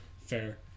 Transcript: fair